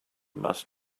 must